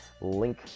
link